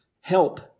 help